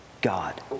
God